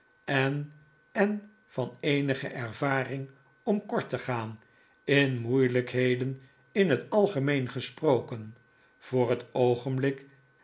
en en van eenige ervaring om kort te gaan in moeilijkheden in het algemeen gesproken voor het oogenblik